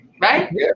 Right